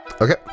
Okay